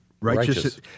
righteous